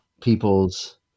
people's